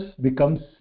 becomes